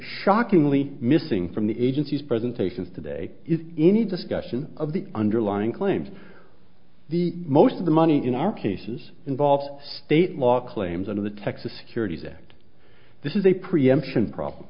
shockingly missing from the agency's presentations today is any discussion of the underlying claims the most of the money in our cases involve state law claims and the texas securities act this is a preemption problem